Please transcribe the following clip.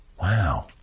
Wow